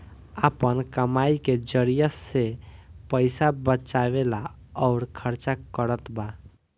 आपन कमाई के जरिआ से पईसा बचावेला अउर खर्चा करतबा